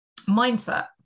mindset